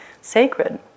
sacred